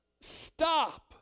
stop